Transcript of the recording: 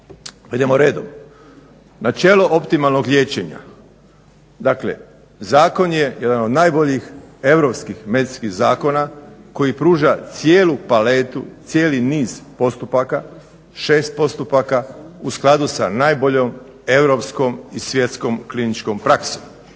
Načelo optimalnog liječenja, dakle zakon je jedan od najboljih europskih medicinskih zakona koji pruža cijelu paletu cijeli niz postupaka, 6 postupaka u skladu sa najboljom europskom i svjetskom kliničkom praksom.